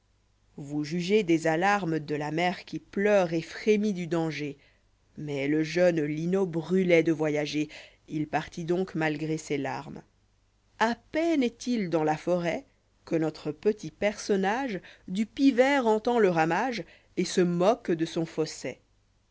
vous jugez des alarmes de la mère qui pleure et frémit du danger mais le jeune linot brûloit de voyager il partit donc malgré ses larmes a peine est il dàris la forât que notre petit personnage du pivert entend le ramage a i et se moque de son